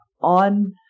on